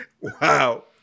Wow